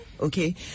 okay